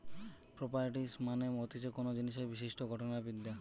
properties মানে হতিছে কোনো জিনিসের বিশিষ্ট গঠন আর বিদ্যা